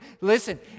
Listen